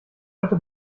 heute